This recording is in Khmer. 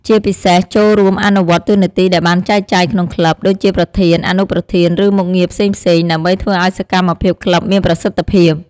ជាពិសេស ចូលរួមអនុវត្តតួនាទីដែលបានចែកចាយក្នុងក្លឹប ដូចជាប្រធាន អនុប្រធាន ឬមុខងារផ្សេងៗ ដើម្បីធ្វើឲ្យសកម្មភាពក្លឹបមានប្រសិទ្ធភាព។